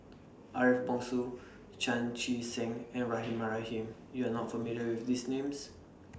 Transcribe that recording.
Ariff Bongso Chan Chee Seng and Rahimah Rahim YOU Are not familiar with These Names